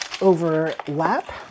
overlap